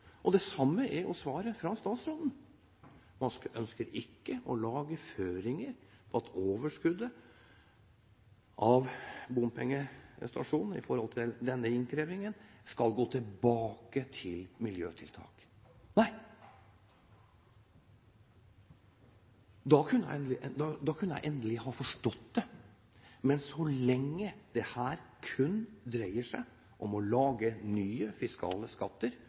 Det samme er svaret fra statsråden. Man ønsker ikke å legge føringer for at overskuddet fra bompengestasjoner – med hensyn til denne innkrevingen – skal gå tilbake til miljøtiltak. Nei, da kunne jeg endelig ha forstått det. Men så lenge dette kun dreier seg om å lage nye, fiskale skatter,